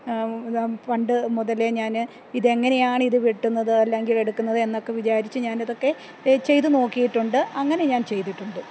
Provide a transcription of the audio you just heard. പണ്ട് മുതലേ ഞാൻ ഇതെങ്ങനെയാണ് ഇത് വെട്ടുന്നത് അല്ലെങ്കിൽ എടുക്കുന്നത് എന്നൊക്ക വിചാരിച്ച് ഞാനിതൊക്കെ ചെയ്ത് നോക്കിയിട്ടുണ്ട് അങ്ങനെ ഞാൻ ചെയ്തിട്ടുണ്ട്